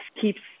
keeps